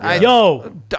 Yo